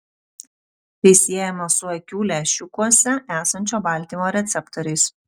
tai siejama su akių lęšiukuose esančio baltymo receptoriais